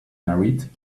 married